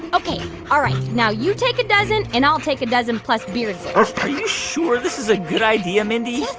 ok. all right. now you take a dozen, and i'll take a dozen, plus beardsley are you sure this is a good idea, mindy? yes,